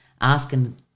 asking